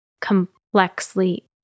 complexly